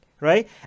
right